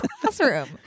classroom